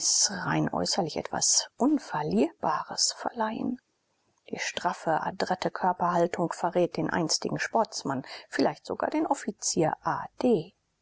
rein äußerlich etwas unverlierbares verleihen die straffe adrette körperhaltung verrät den einstigen sportsmann vielleicht sogar den offizier a d